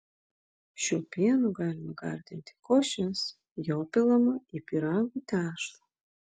šiuo pienu galima gardinti košes jo pilama į pyragų tešlą